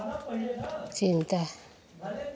चिंता